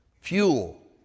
fuel